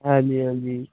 ਹਾਂਜੀ ਹਾਂਜੀ